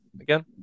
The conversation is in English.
again